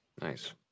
Nice